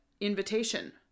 invitation